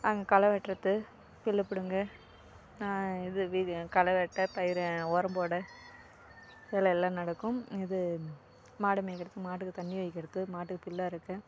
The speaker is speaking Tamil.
அங்கே களை வெட்டுறது புல்லு பிடுங்கு இது களை வெட்ட பயிர் உரம் போட வேலையெல்லாம் நடக்கும் இது மாடு மேய்க்கிறது மாட்டுக்கு தண்ணி வைக்கிறது மாட்டுக்கு புல்லு அறுக்க